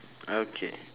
okay